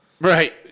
Right